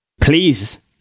please